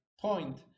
point